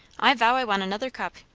i vow i want another cup.